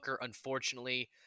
unfortunately